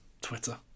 Twitter